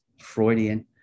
Freudian